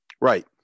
Right